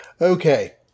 Okay